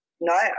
No